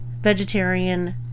vegetarian